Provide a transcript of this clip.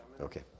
Okay